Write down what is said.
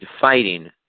fighting